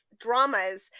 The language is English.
dramas